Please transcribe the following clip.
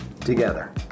together